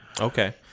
Okay